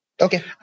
Okay